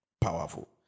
powerful